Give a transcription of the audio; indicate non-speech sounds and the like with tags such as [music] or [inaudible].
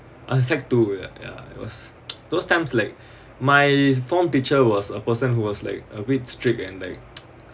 ah sec~ two ya ya it was [noise] those times like my form teacher was a person who was like a bit strict and like [noise]